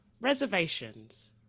reservations